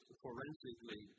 forensically